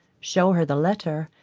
show her the letter,